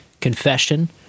confession